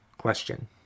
question